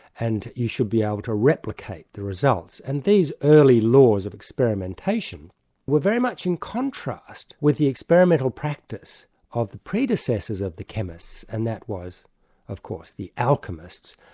and you should be able to replicate the results. and these early laws of experimentation were very much in contrast with the experimental practice of the predecessors of the chemists, and that was of course the alchemists,